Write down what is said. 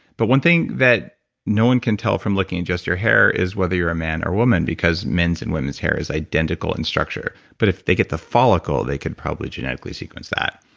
but one thing that no one can tell from looking at just your hair is whether you're a man or a woman because men's and women's hair is identical in structure. but if they get the follicle, they could probably genetically sequence that.